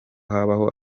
habaho